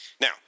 Now